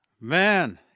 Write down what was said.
Man